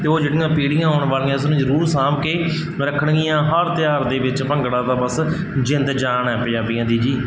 ਅਤੇ ਉਹ ਜਿਹੜੀਆਂ ਪੀੜ੍ਹੀਆਂ ਆਉਣ ਵਾਲੀਆਂ ਇਸਨੂੰ ਜ਼ਰੂਰ ਸਾਂਭ ਕੇ ਰੱਖਣਗੀਆਂ ਹਰ ਤਿਉਹਾਰ ਦੇ ਵਿੱਚ ਭੰਗੜਾ ਤਾਂ ਬਸ ਜਿੰਦ ਜਾਨ ਹੈ ਪੰਜਾਬੀਆਂ ਦੀ ਜੀ